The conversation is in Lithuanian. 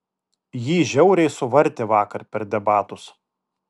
jį žiauriai suvartė vakar per debatus